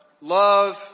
love